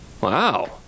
Wow